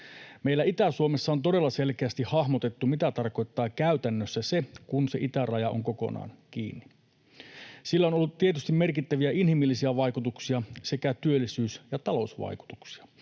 Meillä Itä-Suomessa on todella selkeästi hahmotettu, mitä tarkoittaa käytännössä se, kun se itäraja on kokonaan kiinni. Sillä on ollut tietysti merkittäviä inhimillisiä vaikutuksia sekä työllisyys‑ ja talousvaikutuksia.